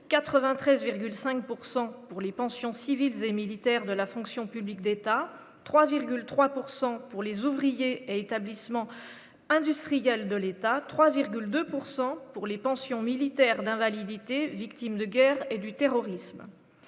pour les pensions civiles et militaires de la fonction publique d'État 3,3 pourcent pour les ouvriers établissements industriels de l'État 3,2 pourcent pour les pensions militaires d'invalidité, victimes de guerre et du terrorisme,